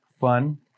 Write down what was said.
fun